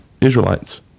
Israelites